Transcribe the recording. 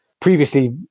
previously